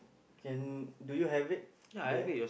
can do you have it there